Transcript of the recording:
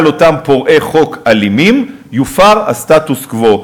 אותם פורעי חוק אלימים יופר הסטטוס-קוו,